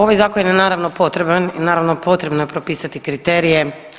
Ovaj zakon je naravno potreban i naravno potrebno je propisati kriterije.